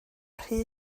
rhy